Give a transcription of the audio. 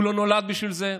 הוא לא נולד בשביל זה,